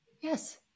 Yes